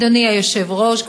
אדוני היושב-ראש,